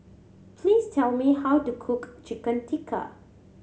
please tell me how to cook Chicken Tikka